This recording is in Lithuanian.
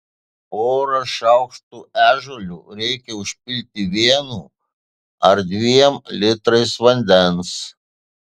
porą šaukštų ežiuolių reikia užpilti vienu ar dviem litrais vandens